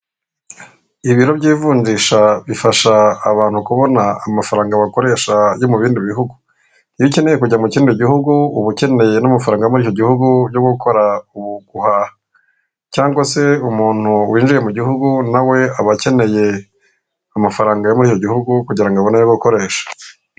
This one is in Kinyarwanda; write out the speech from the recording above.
Ibiro by'ivunjisha bifasha abantu kubona amafaranga bakoresha yo mu bindi bihugu. Iyo ukeneye kujya mu kindi gihugu, uba ukeneye n'amafaranga yo muri icyo gihugu yo gukora mu guhaha; cyangwa se umuntu winjiye mu gihugu na we aba akeneye amafaranga yo muri icyo gihugu, kugira ngo abone ayo abakoresha.